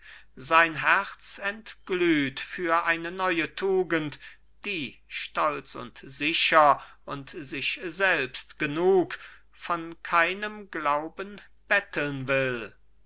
sein herz entglüht für eine neue tugend die stolz und sicher und sich selbst genug von keinem glauben betteln will